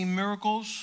miracles